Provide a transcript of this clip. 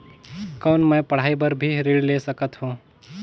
कौन मै पढ़ाई बर भी ऋण ले सकत हो?